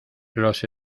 los